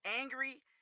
angry